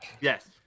Yes